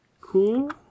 Cool